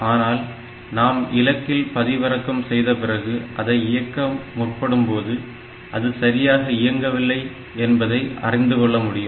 ஆனால் நாம் இலக்கில் பதிவிறக்கம் செய்த பிறகு அதை இயக்க முற்படும்போது அது சரியாக இயங்கவில்லை என்பதை அறிந்து கொள்ள முடியும்